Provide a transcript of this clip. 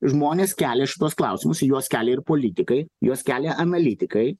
žmonės kelia šituos klausimus ir juos kelią ir politikai juos kelia analitikai